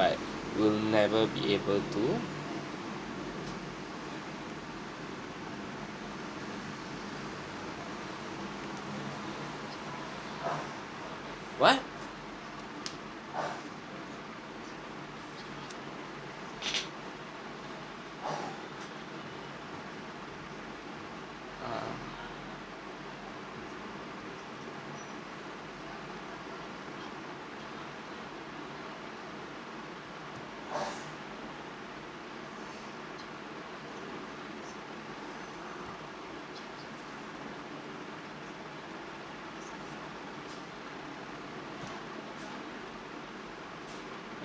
but will never be able to what uh